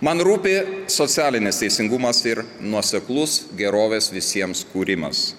man rūpi socialinis teisingumas ir nuoseklus gerovės visiems kūrimas